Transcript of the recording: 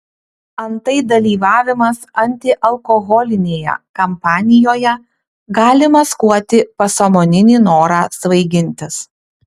antai dalyvavimas antialkoholinėje kampanijoje gali maskuoti pasąmoninį norą svaigintis